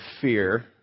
fear